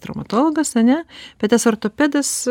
traumatologas ane bet nes ortopedas